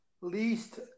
least